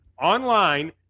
online